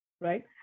right